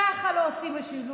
ככה לא עושים משילות.